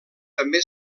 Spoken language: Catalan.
també